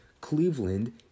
Cleveland